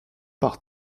par